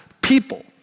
people